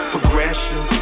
Progression